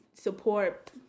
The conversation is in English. support